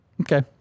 Okay